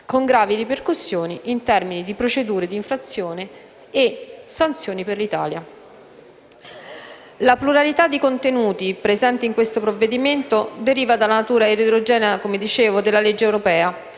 con gravi ripercussioni in termini di procedure d'infrazione e sanzioni per l'Italia. La pluralità di contenuti presenti in questo provvedimento deriva dalla natura eterogenea della legge europea,